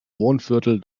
wohnviertel